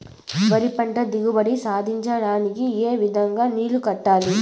వరి పంట దిగుబడి సాధించడానికి, ఏ విధంగా నీళ్లు కట్టాలి?